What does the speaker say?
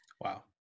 Wow